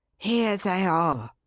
here they are,